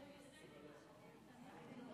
דבר אחרון שאני רוצה